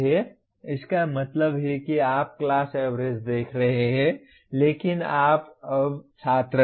इसका मतलब है कि आप क्लास एवरेज देख रहे हैं लेकिन आप अब छात्र हैं